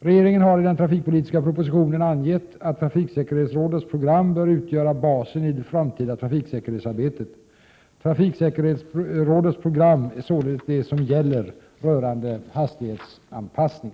Regeringen har i den trafikpolitiska propositionen angett att trafiksäkerhetsrådets program bör utgöra basen i det framtida trafiksäkerhetsarbetet. Trafiksäkerhetsrådets program är således det som gäller rörande hastighetsanpassning.